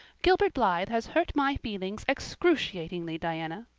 gilbert blythe has hurt my feelings excruciatingly, diana.